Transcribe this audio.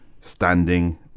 standing